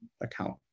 account